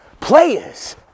players